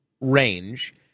range